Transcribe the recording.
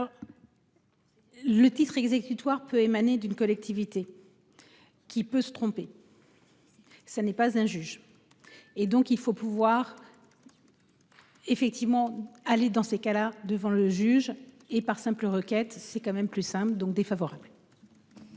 Alors. Le titre exécutoire peut émaner d'une collectivité. Qui peut se tromper. Ça n'est pas un juge. Et donc il faut pouvoir. Effectivement aller dans ces cas-là devant le juge et par simple requête c'est quand même plus simple donc défavorable.